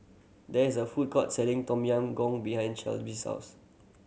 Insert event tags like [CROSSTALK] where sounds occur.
there is a food court selling Tom Yam Goong behind [UNINTELLIGIBLE] house